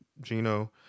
Gino